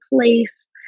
place